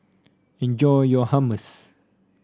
enjoy your Hummus